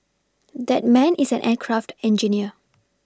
that man is an aircraft engineer